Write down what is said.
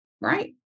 right